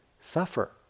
suffer